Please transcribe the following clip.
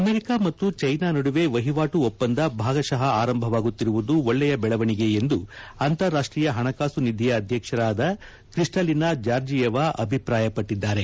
America ಮತ್ತು ಚೀನಾ ನಡುವೆ ವಹಿವಾಟು ಒಪ್ಪಂದ ಭಾಗಶಃ ಆರಂಭವಾಗುತ್ತಿರುವುದು ಒಳ್ಳೆಯ ಬೆಳವಣಿಗೆ ಎಂದು ಅಂತಾರಾಷ್ಟೀಯ ಹಣಕಾಸು ನಿಧಿಯ ಅಧ್ಯಕ್ಷರಾದ ಕ್ರಿಸ್ಸಾಲಿನಾ ಜಾರ್ಜಿಯೆವಾ ಅಭಿಪ್ರಾಯ ಪಟ್ಟಿದ್ದಾರೆ